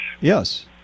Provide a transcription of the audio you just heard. Yes